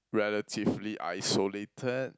relatively isolated